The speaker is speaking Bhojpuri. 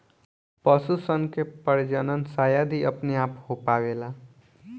पशु सन के प्रजनन शायद ही अपने आप हो पावेला